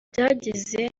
byageze